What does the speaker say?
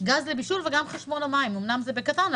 גז לבישול וגם חשבון המים אמנם זה בקטן,